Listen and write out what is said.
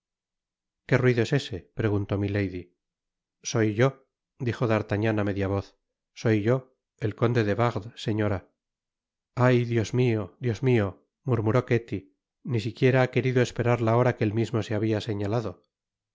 qué ruido es ese preguntó milady soy yo dijo d'artagnan á media voz soy yo el conde de wardes señora ay dios mio i dios miol murmuró ketty ni siquiera ha querido esperar la hora que él mismo se habia señalado